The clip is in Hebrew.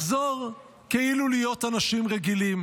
לחזור כאילו להיות אנשים רגילים,